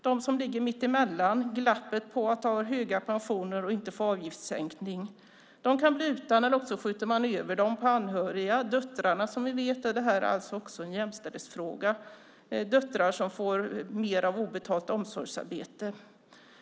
De som ligger mittemellan, i glappet mellan höga pensioner och att inte få avgiftssänkning, kan bli utan hjälp eller också skjuter man över den på anhöriga, på döttrarna. Det här är också en jämställdhetsfråga. Döttrarna får ett obetalt omsorgsarbete.